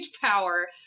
power